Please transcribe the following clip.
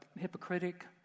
hypocritic